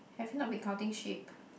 have you not been counting sheep